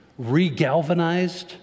regalvanized